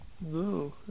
no